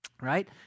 right